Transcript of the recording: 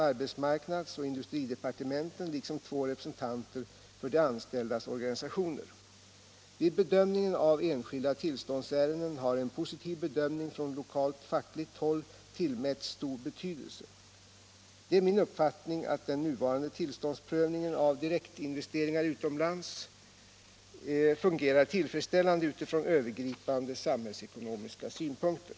Det är Onsdagen den min uppfattning att den nuvarande tillståndsprövningen av direktinves 19 januari 1977 teringar utomlands fungerar tillfredsställande utifrån övergripande sam=- hällsekonomiska synpunkter.